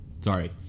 Sorry